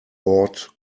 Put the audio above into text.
ought